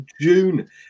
June